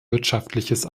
wirtschaftliches